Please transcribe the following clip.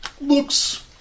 looks